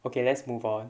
okay let's move on